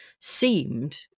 seemed